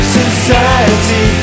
society